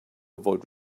avoid